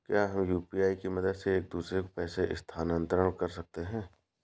क्या हम यू.पी.आई की मदद से एक दूसरे को पैसे स्थानांतरण कर सकते हैं?